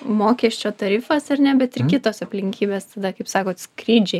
mokesčio tarifas ar ne bet kitos aplinkybės kaip sakot skrydžiai